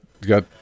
got